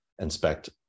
inspect